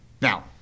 Now